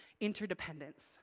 interdependence